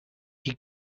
you